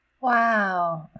Wow